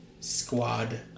squad